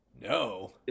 No